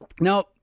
Now